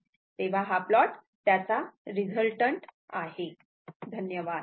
तेव्हा हा प्लॉट त्याचा रिझलटन्ट